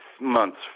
months